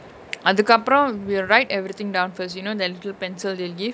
அதுகப்ரோ:athukapro we will write everything down first you know there's pencil there they give